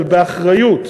אבל באחריות,